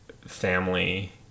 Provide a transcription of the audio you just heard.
family